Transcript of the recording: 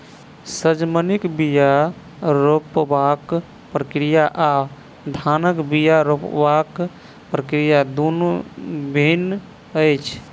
सजमनिक बीया रोपबाक प्रक्रिया आ धानक बीया रोपबाक प्रक्रिया दुनु भिन्न अछि